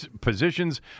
positions